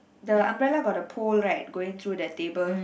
the umbrella got the pole right going through the table